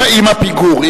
עם הפיגור.